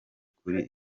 kuri